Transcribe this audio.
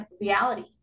reality